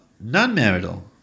non-marital